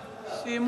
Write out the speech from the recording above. סיימו.